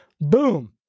boom